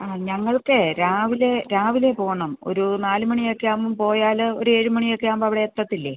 ആ ഞങ്ങൾക്കേ രാവിലെ രാവിലെ പോവണം ഒരു നാല് മണിയൊക്കെയാവുമ്പം പോയാൽ ഒരേഴ് മണിയൊക്കെയാവുമ്പോൾ അവിടെ എത്തത്തില്ലേ